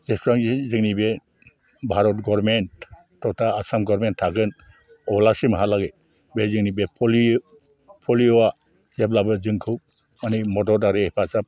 जेसेबां जोंनि बे भारत गभार्नमेन्ट तथा आसाम गभार्नमेन्ट थागोन अब्लासिमलागै बे जोंनि बे पलिअआ जेब्लाबो जोंखौ माने मददआरि हेफाजाब